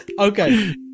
Okay